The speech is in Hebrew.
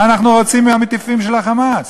מה אנחנו רוצים מהמטיפים של ה"חמאס"?